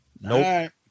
Nope